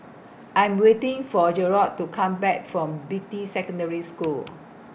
I'm waiting For Jerrod to Come Back from Beatty Secondary School